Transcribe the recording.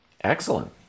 excellent